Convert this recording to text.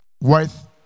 worth